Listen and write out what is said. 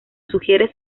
sugiere